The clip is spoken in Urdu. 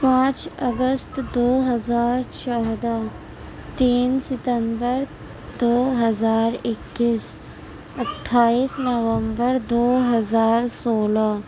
پانچ اگست دو ہزار چودہ تین ستمبر دو ہزار اکیس اٹھائیس نومبر دو ہزار سولہ